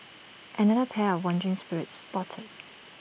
another pair of wandering spirits spotted